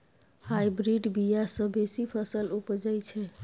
hybrid बीया सँ बेसी फसल उपजै छै